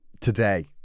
today